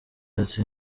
ati